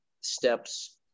steps